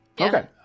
Okay